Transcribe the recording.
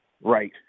Right